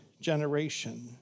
generation